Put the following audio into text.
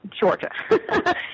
Georgia